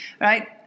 Right